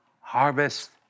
Harvest